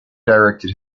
directed